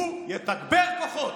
הוא יתגבר כוחות.